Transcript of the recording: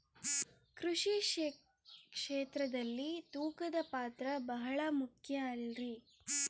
ಕೃಷಿ ಕ್ಷೇತ್ರದಲ್ಲಿ ತೂಕದ ಪಾತ್ರ ಬಹಳ ಮುಖ್ಯ ಅಲ್ರಿ?